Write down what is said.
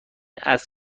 عصر